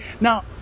now